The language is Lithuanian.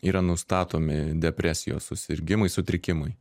yra nustatomi depresijos susirgimai sutrikimai